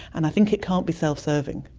and i think it can't be self-serving.